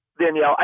Danielle